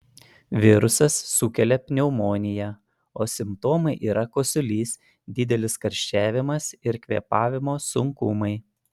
virusas sukelia pneumoniją o simptomai yra kosulys didelis karščiavimas ir kvėpavimo sunkumai